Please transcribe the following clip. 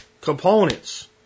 components